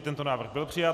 Tento návrh byl přijat.